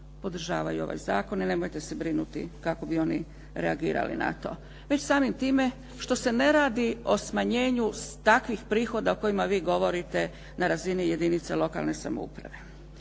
podržavaju ovaj zakon. Nemojte se brinuti kako bi oni reagirali na to. Već samim time što se ne radi o smanjenju takvih prihoda o kojima vi govorite na razini jedinice lokalne samouprave.